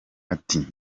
ati